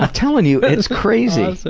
ah telling you, it's crazy. awesome.